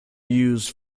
used